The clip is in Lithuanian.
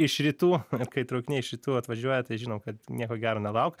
iš rytų kai traukiniai iš rytų atvažiuoja tai žinom kad nieko gero nelauk